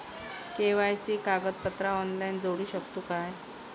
KYC कागदपत्रा online जोडू शकतू का?